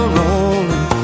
rolling